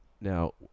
Now